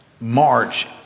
march